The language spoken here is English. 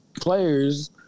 players –